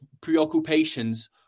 preoccupations